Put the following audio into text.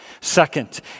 Second